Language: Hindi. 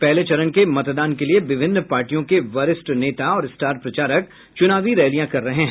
पहले चरण के मतदान के लिए विभिन्न पार्टियों के वरिष्ठ नेता और स्टार प्रचारक चूनावी रैलिया कर रहे हैं